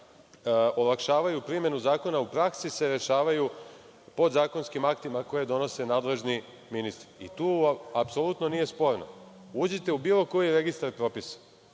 olakšavaju primenu zakona u praksi se rešavaju podzakonskim aktima koje donose nadležni ministri. Tu apsolutno nije sporno. Uđite u bilo koji registar propisa.